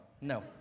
No